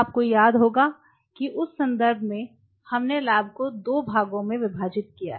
आपको याद होगा कि उस संदर्भ में हमने लैब को 2 भागों में विभाजित किया है